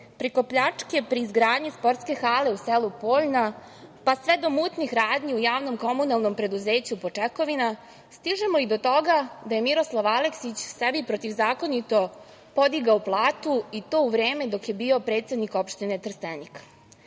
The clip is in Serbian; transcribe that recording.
preko pljačke pri izgradnje sportske hale u selu Poljna, pa sve do mutnih radnji u Javnom komunalnom preduzeću „Počekovina“ stižemo i do toga da je Miroslav Aleksić sebi protivzakonito podigao platu i to u vreme dok je bio predsednik opštine Trstenik. Kada